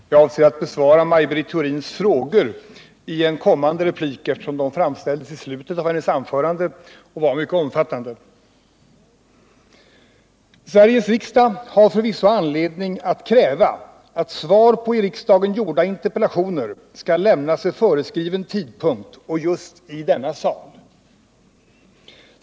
Herr talman! Jag avser att besvara Maj Britt Theorins frågorien kommande replik, eftersom de framställdes i slutet av hennes anförande och var mycket omfattande. Sveriges riksdag har förvisso anledning att kräva att svar på i riksdagen gjorda interpellationer skall lämnas vid föreskriven tidpunkt och just i denna sal.